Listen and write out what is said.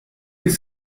les